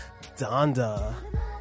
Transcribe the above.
Donda